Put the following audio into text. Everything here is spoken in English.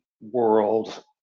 world